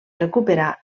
recuperar